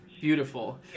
Beautiful